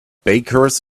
bakers